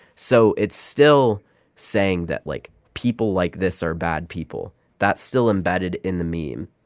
so it's still saying that, like, people like this are bad people. that's still embedded in the meme,